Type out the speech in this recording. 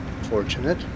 fortunate